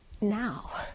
Now